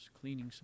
cleaning